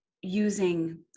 using